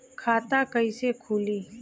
खाता कईसे खुली?